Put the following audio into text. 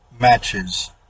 matches